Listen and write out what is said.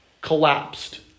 collapsed